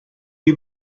you